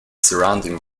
surrounding